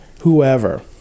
whoever